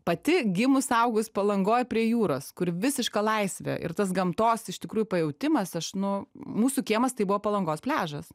pati gimus augus palangoj prie jūros kur visiška laisvė ir tas gamtos iš tikrųjų pajautimas aš nu mūsų kiemas tai buvo palangos pliažas